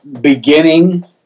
beginning